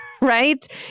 right